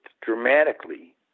dramatically